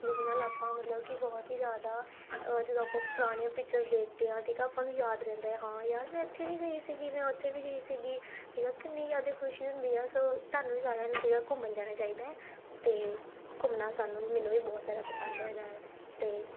ਜਿਹਦੇ ਨਾਲ ਆਪਾਂ ਮਤਲਬ ਕਿ ਬਹੁਤ ਹੀ ਜ਼ਿਆਦਾ ਜਦੋਂ ਆਪਾਂ ਪੁਰਾਣੀਆਂ ਪਿਕਚਰਸ ਦੇਖਦੇ ਹਾਂ ਠੀਕ ਆ ਆਪਾਂ ਨੂੰ ਯਾਦ ਰਹਿੰਦਾ ਹਾਂ ਯਾਰ ਮੈਂ ਇੱਥੇ ਵੀ ਗਈ ਸੀਗੀ ਮੈਂ ਉੱਥੇ ਵੀ ਗਈ ਸੀਗੀ ਠੀਕ ਆ ਕਿੰਨੀ ਜ਼ਿਆਦਾ ਖੁਸ਼ੀ ਹੁੰਦੀ ਆ ਸੋ ਤੁਹਾਨੂੰ ਵੀ ਸਾਰਿਆਂ ਨੂੰ ਠੀਕ ਆ ਘੁੰਮਣ ਜਾਣਾ ਚਾਹੀਦਾ ਹੈ ਅਤੇ ਘੁੰਮਣਾ ਸਾਨੂੰ ਮੈਨੂੰ ਵੀ ਬਹੁਤ ਜ਼ਿਆਦਾ ਪਸੰਦ ਹੈਗਾ ਹੈ ਅਤੇ